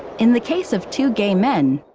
in the case of two gay men,